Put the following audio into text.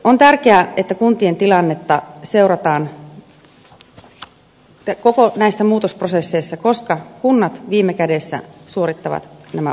on tärkeää että kuntien tilannetta seurataan kaikissa näissä muutosprosesseissa koska kunnat viime kädessä suorittavat nämä uudistukset